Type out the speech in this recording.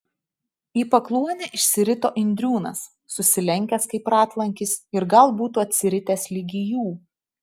į pakluonę išsirito indriūnas susilenkęs kaip ratlankis ir gal būtų atsiritęs ligi jų